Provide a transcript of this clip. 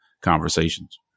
conversations